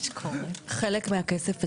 חלק מהכסף אצלנו.